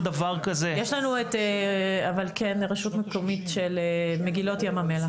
יש לנו כן את רשות מקומית מגילות ים המלח.